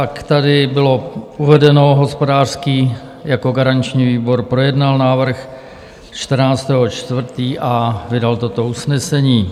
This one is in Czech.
Jak tady bylo uvedeno, hospodářský výbor jako garanční výbor projednal návrh 14. 4. a vydal toto usnesení: